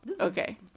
Okay